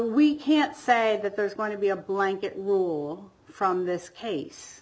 we can't say that there's going to be a blanket rule from this case